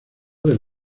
del